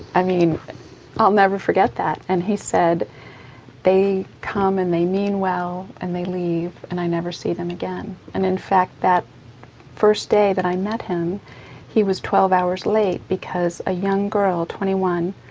i mean i'll never forget that and he said they come and they mean well and they leave and i never see them again. and in fact that first day that i met him he was twelve hours late because a young girl, twenty one